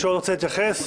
עוד מישהו רוצה להתייחס?